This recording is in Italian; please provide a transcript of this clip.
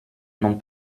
non